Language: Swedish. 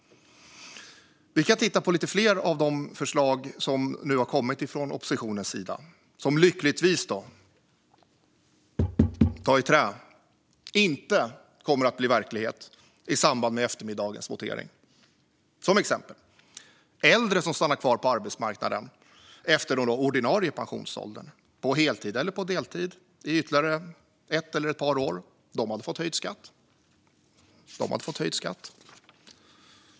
Vi kan titta på några fler av de förslag som kommit från oppositionens sida som lyckligtvis - ta i trä - inte kommer att bli verklighet i samband med eftermiddagens votering. Några exempel: Äldre som stannar kvar på arbetsmarknaden efter den ordinarie pensionsåldern, på heltid eller deltid, i ytterligare något år hade fått höjd skatt.